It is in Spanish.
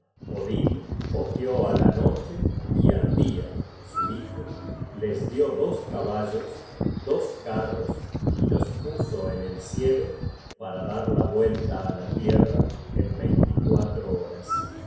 odin cogió á la noche y al dia su hijo los dió dos caballos dos carros y los puso en el cielo para dar la vuelta á la tierra en veinte y cuatro horas